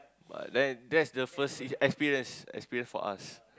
but then that's the first see experience experience for us